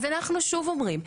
אז אנחנו שוב אומרים,